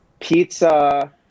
Pizza